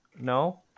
No